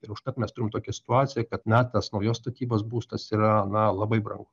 ir užtat mes turim tokią situaciją kad na tas naujos statybos būstas yra na labai brangu